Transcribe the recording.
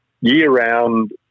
year-round